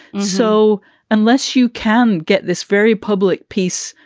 so unless you can get this very public piece,